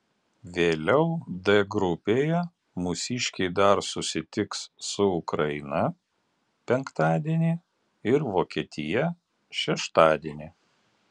vėliau d grupėje mūsiškiai dar susitiks su ukraina penktadienį ir vokietija šeštadienį